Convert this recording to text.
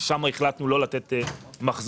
ששם החלטנו לא תת מחזורים.